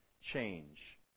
change